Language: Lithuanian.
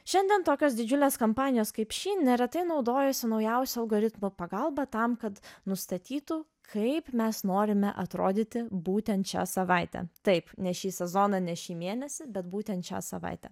šiandien tokios didžiulės kompanijos kaip shein neretai naudojasi naujausių algoritmų pagalba tam kad nustatytų kaip mes norime atrodyti būtent šią savaitę taip ne šį sezoną ne šį mėnesį bet būtent šią savaitę